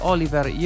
Oliver